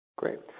great